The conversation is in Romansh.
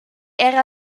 era